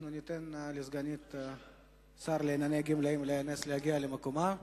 אנחנו ניתן לסגנית השר לענייני גמלאים לאה נס להגיע למקומה ונצביע.